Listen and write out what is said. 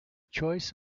choice